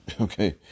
okay